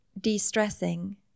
de-stressing